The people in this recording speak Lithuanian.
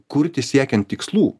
kurti siekiant tikslų